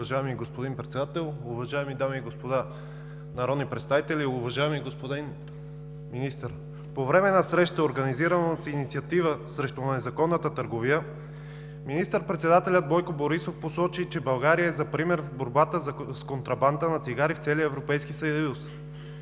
Уважаеми господин Председател, уважаеми дами и господа народни представители! Уважаеми господин Министър, по време на среща, организирана от инициатива „Срещу незаконната търговия“, министър-председателят Бойко Борисов посочи, че България е за пример в борбата с контрабандата на цигари в целия Европейски съюз.